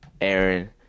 aaron